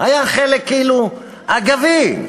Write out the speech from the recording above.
היה חלק כאילו אגבי.